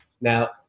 Now